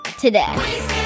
today